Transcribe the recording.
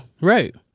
Right